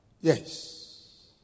yes